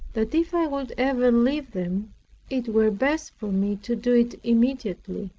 that if i would ever leave them it were best for me to do it immediately.